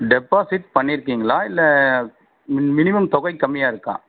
deposit பண்ணியிருக்கீங்களா இல்லை minimum தொகை கம்மியாக இருக்கா